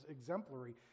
exemplary